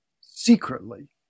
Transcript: secretly